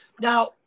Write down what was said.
Now